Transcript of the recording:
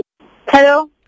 Hello